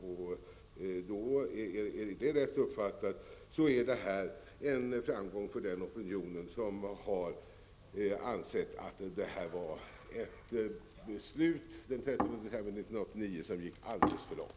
Om det är rätt uppfattat är det en framgång för den opinion som har ansett att beslutet den 13 december 1989 gick alldeles för långt.